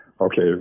okay